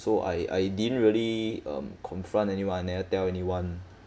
so I I didn't really um confront anyone never tell anyone